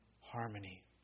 harmony